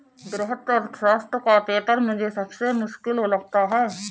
वृहत अर्थशास्त्र का पेपर मुझे सबसे मुश्किल लगता है